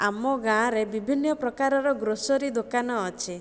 ଆମ ଗାଁରେ ବିଭିନ୍ନ ପ୍ରକାରର ଗ୍ରୋସରି ଦୋକାନ ଅଛି